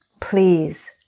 please